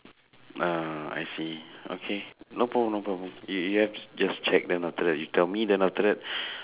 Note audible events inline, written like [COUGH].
ah I see okay no problem no problem you you have just check then after that you tell me then after that [BREATH]